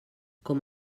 com